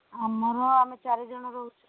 ଆମର ଆମେ ଚାରିଜଣ ରହୁଛୁ